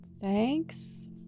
Thanks